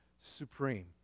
supreme